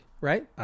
right